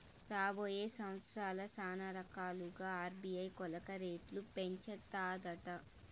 రాబోయే సంవత్సరాల్ల శానారకాలుగా ఆర్బీఐ కోలక రేట్లు పెంచతాదట